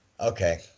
Okay